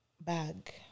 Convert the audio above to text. bag